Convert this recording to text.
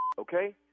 okay